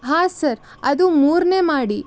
ಹಾಂ ಸರ್ ಅದು ಮೂರನೇ ಮಹಡಿ